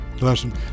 Listen